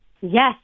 Yes